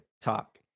talk